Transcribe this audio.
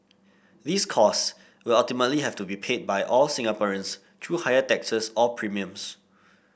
these cost will ultimately have to be paid for by all Singaporeans through higher taxes or premiums